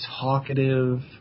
talkative